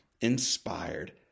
inspired